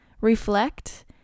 reflect